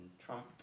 Trump